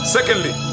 Secondly